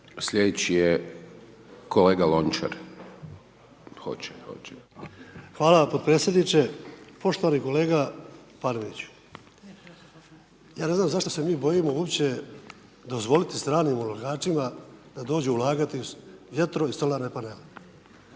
**Lončar, Davor (HDZ)** Hvala potpredsjedniče. Poštovani kolega Paneniću, ja ne znam zašto se mi bojim uopće dozvoliti stranim ulagačima da dođu ulagati u vjetro i solarne panele